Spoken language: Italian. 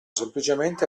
semplicemente